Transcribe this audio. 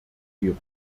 die